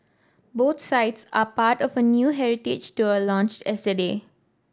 both sites are part of a new heritage tour launched